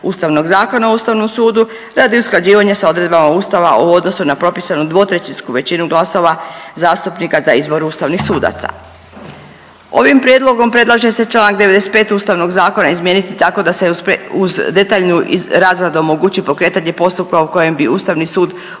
Ustavnog zakona o Ustavnom sudu radi usklađivanja sa odredbama Ustava u odnosu na propisanu dvotrećinsku većinu glasova zastupnika za izbor ustavnih sudaca. Ovim prijedlogom predlaže se članak 95. Ustavnog zakona izmijeniti tako da se uz detaljnu razradu omogući pokretanje postupka o kojem bi Ustavni sud